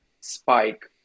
spike